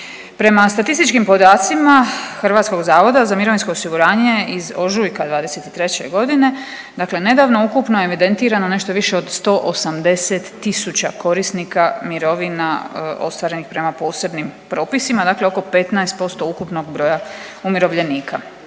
Prema statističkim podacima HZMO iz ožujka '23.g. dakle nedavno ukupno je evidentirano nešto više od 180 tisuća korisnika mirovina ostvarenih prema posebnim propisima, dakle oko 15% ukupnog broja umirovljenika.